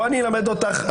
אני אלמד אותך.